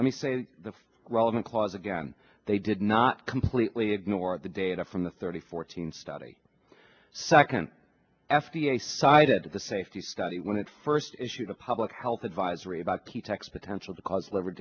let me say the relevant clause again they did not completely ignore the data from the thirty fourteen study second f d a cited the safety study when it first issued a public health advisory by pete potential to cause liver